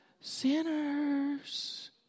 sinners